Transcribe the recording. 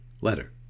letter